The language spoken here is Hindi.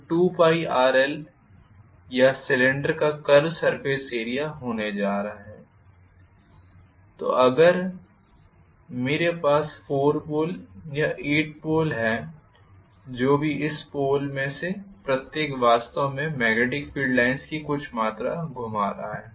तो 2πrl या सिलेंडर का कर्व सर्फेस एरिया होने जा रहा है तो अगर मेरे पास 4 पोल या 8 पोल हैं जो भी इस पोल में से प्रत्येक वास्तव में मेग्नेटिक फील्ड लाइन्स की कुछ मात्रा घुमा रहा है